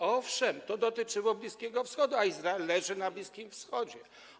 Owszem, to dotyczyło Bliskiego Wschodu, a Izrael leży na Bliskim Wschodzie.